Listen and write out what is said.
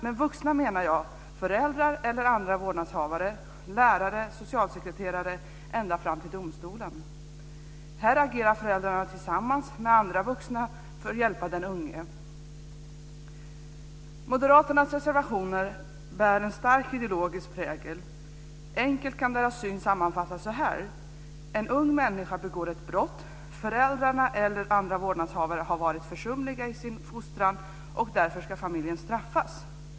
Med vuxna menar jag föräldrar eller andra vårdnadshavare, lärare, socialsekreterare, ända fram till domstolen. Här agerar föräldrarna tillsammans med andra vuxna för att hjälpa den unge. Moderaternas reservationer bär en stark ideologisk prägel. Enkelt kan deras syn sammanfattas som följande: En ung människa begår ett brott. Föräldrarna eller andra vårdnadshavare har varit försumliga i sin fostran, och därför ska familjen straffas.